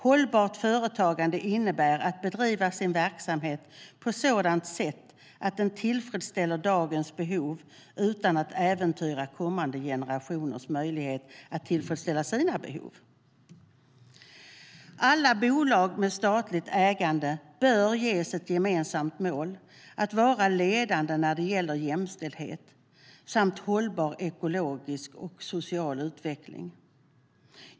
Hållbart företagande innebär att bedriva sin verksamhet på ett sådant sätt att den tillfredsställer dagens behov utan att äventyra kommande generationers möjlighet att tillfredsställa sina behov. Alla bolag med statligt ägande bör ges ett gemensamt mål om att vara ledande när det gäller jämställdhet samt hållbar ekologisk och social utveckling.